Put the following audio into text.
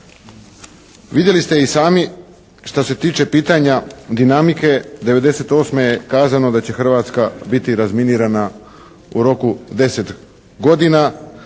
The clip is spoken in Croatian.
Vidjeli ste i sami šta se tiče pitanja dinamike 98. je kazano da će Hrvatska biti razminirana u roku 10 godina.